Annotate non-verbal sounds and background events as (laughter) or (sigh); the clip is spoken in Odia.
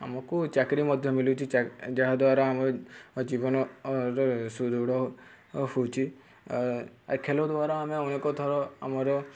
ଆମକୁ ଚାକିରି ମଧ୍ୟ ମଳୁଛି ଯାହା ଦ୍ୱାରା ଆମର ଜୀବନର ସୁଦୃଢ଼ ହେଉଛି (unintelligible) ଖେଳ ଦ୍ୱାରା ଆମେ ଅନେକ ଥର ଆମର